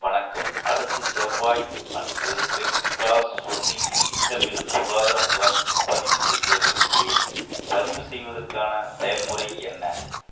வணக்கம் அடுத்த செவ்வாய் அன்று ரெட் க்ராஸ் சொசைட்டி திட்டமிடும் சுகாதார முகாமுக்கு பதிவு செய்ய விரும்புகிறேன் பதிவு செய்வதற்கான செயல்முறை என்ன